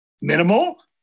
minimal